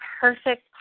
perfect